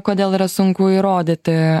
kodėl yra sunku įrodyti